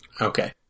okay